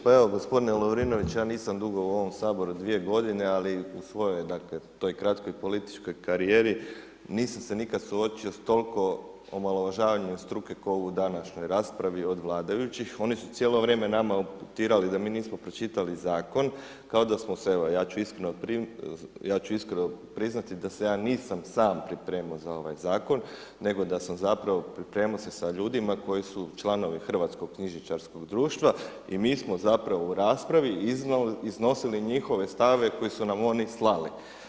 Pa evo gospodine Lovrinović ja nisam dugo u ovom Saboru, 2 godine, ali u svojoj toj kratkoj političkoj karijeri nisam se nikad suočio s toliko omalovažavanja od struke kao u današnjoj raspravi od vladajućih, oni su cijelo vrijeme nama upućivali da mi nismo pročitali zakon, kao da smo se, ja ću iskreno priznati da se ja nisam sam pripremao za ovaj zakon, nego da sam zapravo pripremao se sa ljudima koji su članovi Hrvatskog knjižničarskog društva i mi smo zapravo u raspravi iznosili njihove stavove koje su nam oni slali.